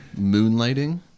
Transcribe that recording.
Moonlighting